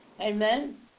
Amen